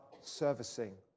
servicing